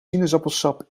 sinaasappelsap